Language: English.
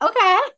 okay